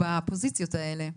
בפוזיציות האלה.